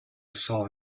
saw